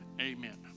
amen